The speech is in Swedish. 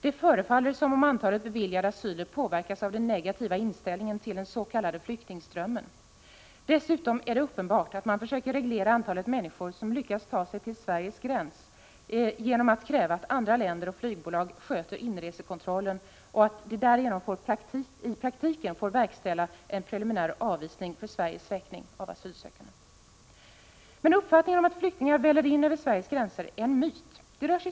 Det förefaller som om antalet beviljade asyler påverkas av den negativa inställningen till den s.k. flyktingströmmen. Dessutom är det uppenbart att man försöker reglera antalet människor som lyckas ta sig till Sveriges gräns genom att kräva att andra länder och flygbolag sköter inresekontrollen och därigenom i praktiken får verkställa en preliminär avvisning för Sveriges räkning av asylsökanden. Men uppfattningen om att flyktingar väller in över Sveriges gränser är en myt.